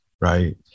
right